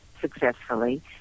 successfully